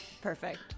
Perfect